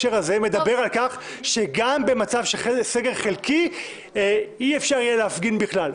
על כך שגם במצב של סגר חלקי אי אפשר יהיה להפגין בכלל.